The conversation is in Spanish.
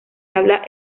habla